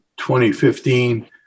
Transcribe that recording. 2015